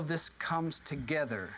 of this comes together